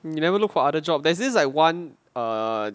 you never looked for other job there's this like one err